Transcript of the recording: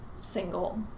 single